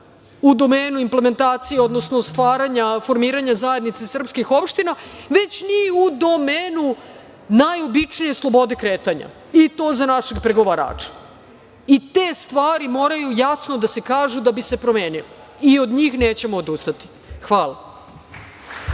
u domenu implementacija, odnosno stvaranja, formiranja zajednica srpskih opština, već ni u domenu najobičnije slobode kretanja i to za našeg pregovarača. Te stvari moraju jasno da se kažu da bi se promenile i od njih nećemo odustati. Hvala.